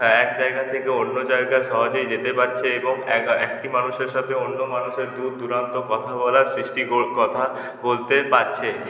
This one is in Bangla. এক জায়গা থেকে অন্য জায়গা সহজেই যেতে পারছে এবং একা একটি মানুষের সাথে অন্য মানুষের দূর দূরান্ত কথা বলার সৃষ্টি কো কথা বলতে পারছে